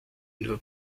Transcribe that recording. nur